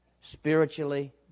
spiritually